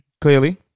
clearly